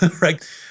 right